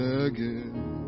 again